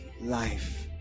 life